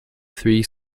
three